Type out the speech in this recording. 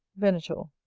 venator.